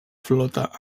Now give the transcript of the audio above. flota